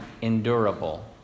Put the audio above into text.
endurable